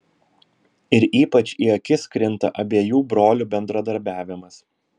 ir ypač į akis krinta abiejų brolių bendradarbiavimas